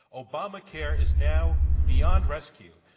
obamacare is now beyond rescue.